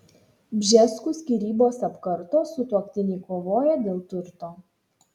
bžeskų skyrybos apkarto sutuoktiniai kovoja dėl turto